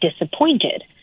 disappointed